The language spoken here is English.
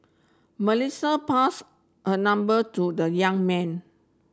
Melissa pass her number to the young man